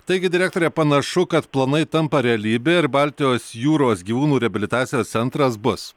taigi direktore panašu kad planai tampa realybe ir baltijos jūros gyvūnų reabilitacijos centras bus